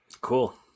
cool